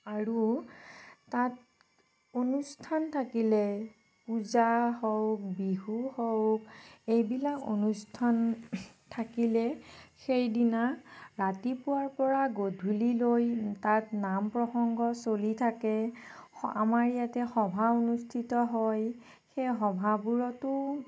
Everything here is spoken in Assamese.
আৰু তাত অনুষ্ঠান থাকিলে পূজা হওক বিহু হওক এইবিলাক অনুষ্ঠান থাকিলে সেইদিনা ৰাতিপুৱাৰপৰা গধূলিলৈ তাত নাম প্ৰসংগ চলি থাকে আমাৰ ইয়াতে সভা অনুষ্ঠিত হয় সেই সভাবোৰতো